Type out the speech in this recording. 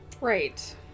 Right